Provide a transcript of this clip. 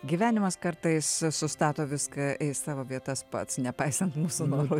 gyvenimas kartais sustato viską į savo vietas pats nepaisant mūsų norų